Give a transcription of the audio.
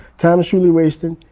time is truly wasting.